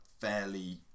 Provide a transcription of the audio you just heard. fairly